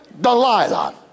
Delilah